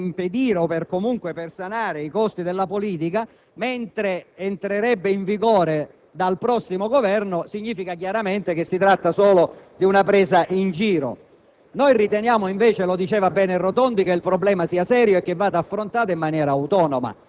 al nostro esame sia un emendamento che dovrebbe intervenire per impedire o comunque per sanare i costi della politica, ma che entrerebbe in vigore dal prossimo Governo, significa chiaramente che si tratta solo di una presa in giro.